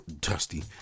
Dusty